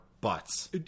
butts